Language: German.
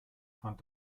fand